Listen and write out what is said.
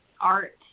art